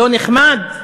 לא נחמד?